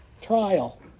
trial